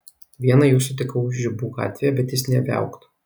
vieną jų sutikau žibų gatvėje bet jis nė viaukt